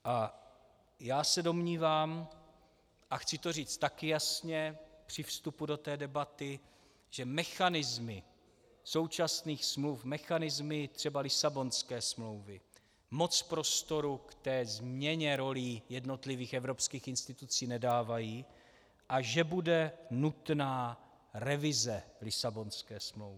A já se domnívám a chci to říct taky jasně při vstupu do té debaty, že mechanismy současných smluv, mechanismy třeba Lisabonské smlouvy, moc prostoru ke změně rolí jednotlivých evropských institucí nedávají a že bude nutná revize Lisabonské smlouvy.